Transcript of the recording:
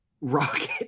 rocket